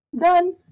Done